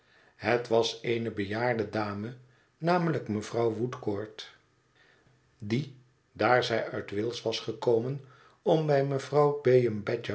het was eene bejaarde dame namelijk mevrouw woodcourt die daar zij uit wales was gekomen om bj mevrouw